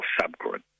subgroup